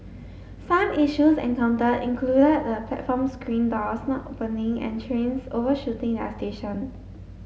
some issues encountered included the platform screen doors not opening and trains overshooting their station